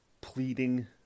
pleading